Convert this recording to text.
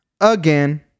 again